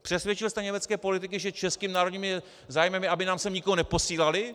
Přesvědčil jste německé politiky, že českým národním zájmem je, aby nám sem nikoho neposílali?